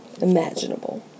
imaginable